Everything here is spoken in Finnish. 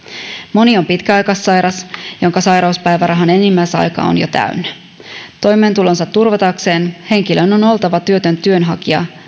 moni on pitkäaikaissairas jonka sairauspäivärahan enimmäisaika on jo täynnä toimeentulonsa turvatakseen ja saadakseen elääkseen turvaa henkilön on oltava työtön työnhakija